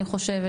אני חושבת.